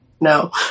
No